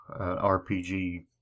RPG